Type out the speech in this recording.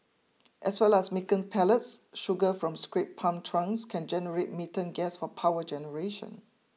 as well as making pellets sugar from scraped palm trunks can generate gas for power generation